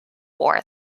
war